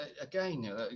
again